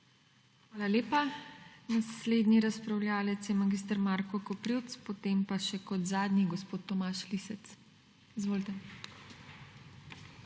Hvala lepa. Naslednji razpravljavec je mag. Marko Koprivc, potem pa še kot zadnji gospod Tomaž Lisec. Izvolite.